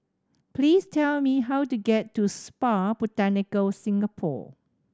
please tell me how to get to Spa Botanica Singapore